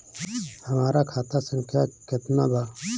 हमरा खाता संख्या केतना बा?